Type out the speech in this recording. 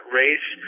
race